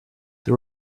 this